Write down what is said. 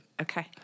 Okay